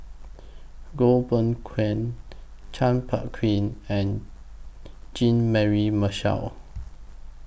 Goh Beng Kwan Chua Phung Kim and Jean Mary Marshall